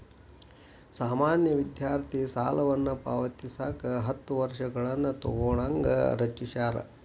ಸಾಮಾನ್ಯ ವಿದ್ಯಾರ್ಥಿ ಸಾಲವನ್ನ ಪಾವತಿಸಕ ಹತ್ತ ವರ್ಷಗಳನ್ನ ತೊಗೋಣಂಗ ರಚಿಸ್ಯಾರ